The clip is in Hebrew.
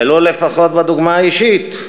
ולו לפחות בדוגמה האישית,